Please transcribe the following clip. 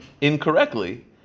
incorrectly